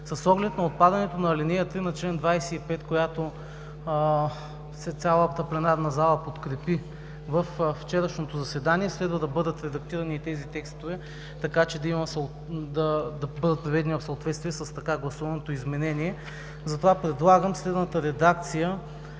С оглед на отпадането на ал. 3 на чл. 25, която цялата пленарна зала подкрепи във вчерашното заседание, следва да бъдат редактирани и тези текстове, така че да бъдат приведени в съответствие с така гласуваното изменение. Затова предлагам следната редакция